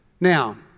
Now